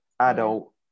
adult